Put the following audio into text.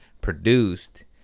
produced